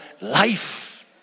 life